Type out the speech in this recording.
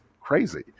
crazy